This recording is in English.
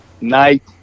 night